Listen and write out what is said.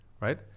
right